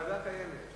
ועדת הילד.